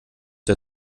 der